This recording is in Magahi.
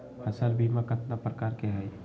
फसल बीमा कतना प्रकार के हई?